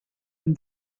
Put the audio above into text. and